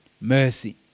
mercy